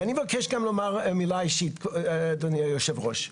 אני מבקש גם לומר מילה אישית, אדוני יושב הראש,